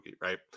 right